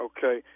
Okay